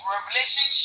Revelation